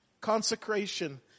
consecration